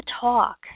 talk